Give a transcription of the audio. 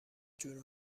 جور